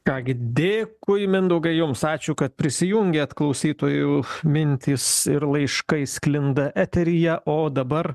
ką gi dėkui mindaugai jums ačiū kad prisijungėt klausytojų mintys ir laiškai sklinda eteryje o dabar